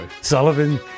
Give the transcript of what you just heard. Sullivan